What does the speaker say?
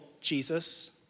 Jesus